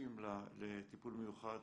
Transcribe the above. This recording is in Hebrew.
נזקקים לטיפול מיוחד,